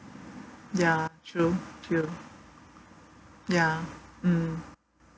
ya true true ya mm